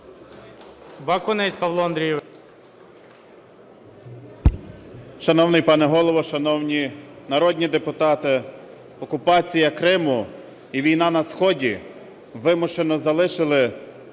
Шановний пане Голово, шановні народні депутати, окупація Криму і війна на сході вимушено залишили